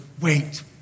wait